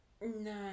No